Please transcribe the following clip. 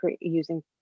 using